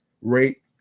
rate